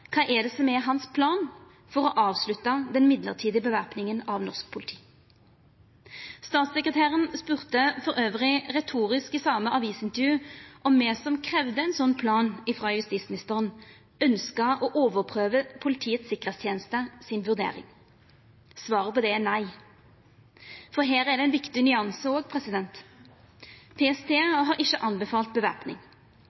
Kva er hans plan for å avslutta den mellombelse væpninga av norsk politi? Statssekretæren spurde dessutan retorisk i same avisintervju om me som kravde ein slik plan frå justisministeren, ønskte å overprøva vurderinga til Politiets tryggingsteneste. Svaret på det er nei. For her er det òg ein viktig nyanse. PST har ikkje anbefalt væpning, og